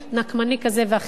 נקמני כזה ואחר.